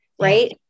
right